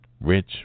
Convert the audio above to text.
Rich